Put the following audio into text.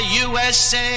USA